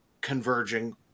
converging